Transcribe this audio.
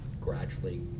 gradually